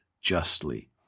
justly